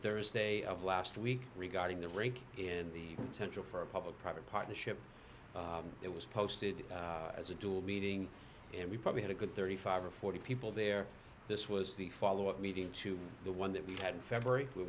thursday of last week regarding the rake in the potential for a public private partnership that was posted as a dual meeting and we probably had a good thirty five or forty people there this was the follow up meeting to the one that we had in february w